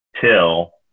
till